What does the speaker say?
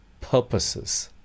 purposes